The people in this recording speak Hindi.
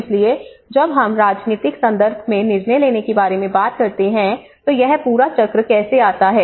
इसलिए जब हम राजनीतिक संदर्भ में निर्णय लेने के बारे में बात करते हैं तो यह पूरा चक्र कैसे आता है